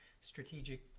strategic